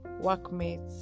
workmates